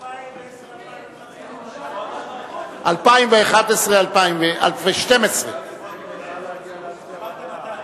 הכלכלית לשנים 2011 ו-2012 (תיקוני חקיקה),